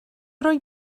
roi